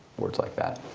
words like that.